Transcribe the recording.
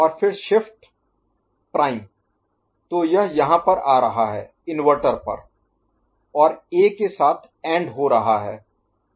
और फिर shift prime तो यह यहाँ पर आ रहा है इन्वर्टर पर और ए के साथ एंड हो रहा है